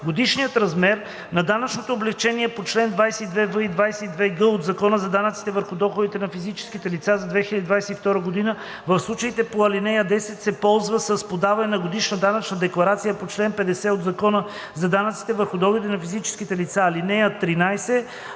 Годишният размер на данъчното облекчение по чл. 22в и 22г от Закона за данъците върху доходите на физическите лица за 2022 г. в случаите по ал. 10 се ползва с подаване на годишна данъчна декларация по чл. 50 от Закона за данъците върху доходите на физическите лица. (13) Алинея 10